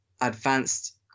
advanced